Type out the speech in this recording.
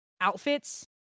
outfits